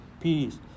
peace